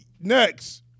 Next